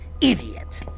idiot